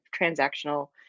transactional